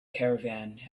caravan